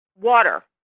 water